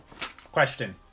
question